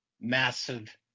massive